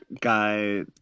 guy